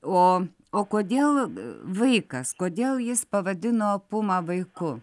o o kodėl vaikas kodėl jis pavadino pumą vaiku